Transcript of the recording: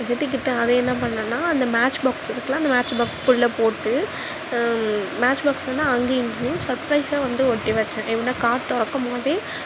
எழுதிகிட்டு அதை என்ன பண்ணேன்னா அந்த மேட்ச் பாக்ஸ் இருக்குதுல்ல அந்த மேட்ச் பாக்ஸ்குள்ளே போட்டு மேட்ச் பாக்ஸ்னால் அங்கேயும் இங்கேயும் சர்ப்ரைஸாக வந்து ஒட்டி வச்சேன் ஏனால் கார்ட் திறக்கம்போதே